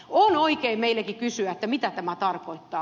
on oikein meillekin kysyä mitä tämä tarkoittaa